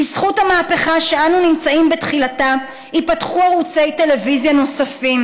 בזכות המהפכה שאנו נמצאים בתחילתה ייפתחו ערוצי טלוויזיה נוספים